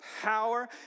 power